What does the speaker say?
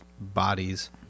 bodies